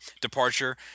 Departure